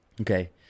Okay